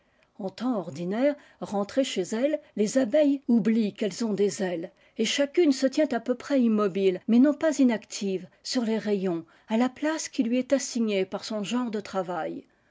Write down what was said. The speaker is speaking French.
en temps ordinaire trées chez elles les abeilles oublient elles ont des ailes et chacune se tient à peu près immobile mais non pas inaclive sur les rayons à la place qui lui est assignée par son genre de travail